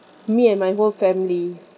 me and my whole family